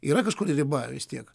yra kažkur tai riba vis tiek